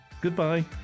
goodbye